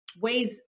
ways